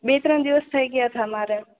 બે ત્રણ દિવસ થઈ ગયા થા મારે